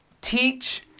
teach